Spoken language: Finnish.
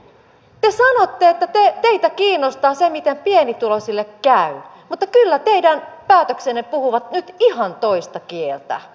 te sanotte että teitä kiinnostaa se miten pienituloisille käy mutta kyllä teidän päätöksenne puhuvat nyt ihan toista kieltä